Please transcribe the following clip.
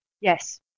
Yes